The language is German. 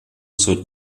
zur